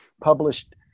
published